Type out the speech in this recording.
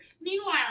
Meanwhile